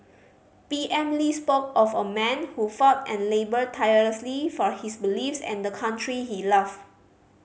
P M Lee spoke of a man who fought and laboured tirelessly for his beliefs and the country he loved